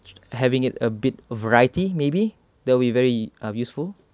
having it a bit of variety maybe that'll be very ah useful